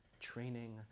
training